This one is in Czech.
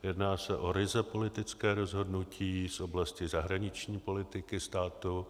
Jedná se o ryze politické rozhodnutí z oblasti zahraniční politiky státu.